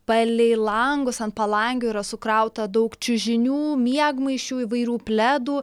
palei langus ant palangių yra sukrauta daug čiužinių miegmaišių įvairių pledų